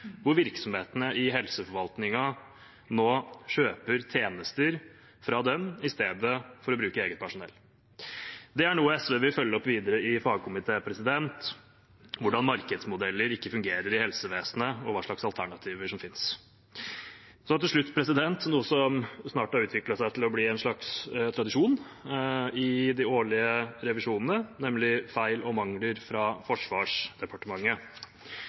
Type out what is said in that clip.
hvor virksomhetene i helseforvaltningen nå kjøper tjenester fra dem i stedet for å bruke eget personell. Det er noe SV vil følge opp videre i fagkomité, hvordan markedsmodeller ikke fungerer i helsevesenet, og hva slags alternativer som finnes. Så til slutt noe som snart har utviklet seg til å bli en slags tradisjon i de årlige revisjonene, nemlig feil og mangler fra Forsvarsdepartementet.